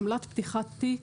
עמלת פתיחת תיק,